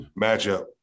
matchup